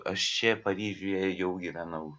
aš čia paryžiuje jau gyvenau